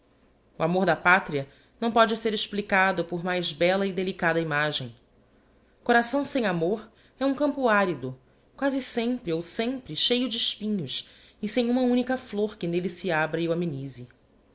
o amor da palria não pôde ser explicado por mais bella e delicada imagem coração sem amor é um campa árido quasi sempre ou sempre cheio de espinhos e sem uma única flor que nelle se abra e o amenise